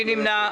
מי נמנע?